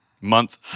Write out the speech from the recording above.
month